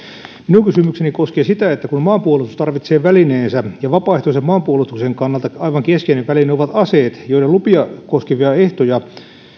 minun kysymykseni koskee sitä että kun maanpuolustus tarvitsee välineensä ja vapaaehtoisen maanpuolustuksen kannalta aivan keskeinen väline ovat aseet joiden lupia koskevia ehtoja uudet eu direktiivin